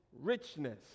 richness